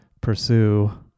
pursue